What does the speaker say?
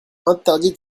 interdit